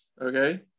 okay